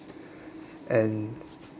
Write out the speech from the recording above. and